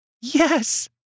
Yes